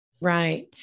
Right